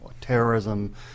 terrorism